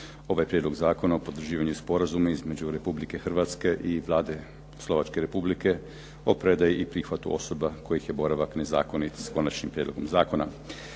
ovaj Prijedlog zakona o potvrđivanju Sporazuma između Republike Hrvatske i Vlade Slovačke Republike o predaji i prihvatu osoba kojih je boravak nezakonit, s konačnim prijedlogom zakona.